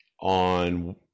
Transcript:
on